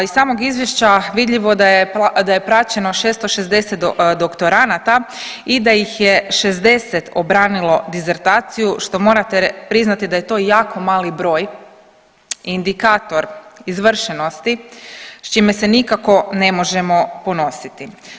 Iz samog izvješća vidljivo da je praćeno 660 doktoranata i da ih je 60 obranilo disertaciju što morate priznati da je to jako mali broj, indikator izvršenosti s čime se nikako ne možemo ponositi.